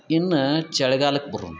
ಇನ್ನು ಚಳಿಗಾಲಕ್ಕೆ ಬರೂಣ್